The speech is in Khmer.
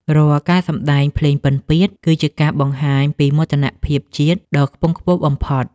រាល់ការសម្ដែងភ្លេងពិណពាទ្យ គឺជាការបង្ហាញពីមោទនភាពជាតិដ៏ខ្ពង់ខ្ពស់បំផុត។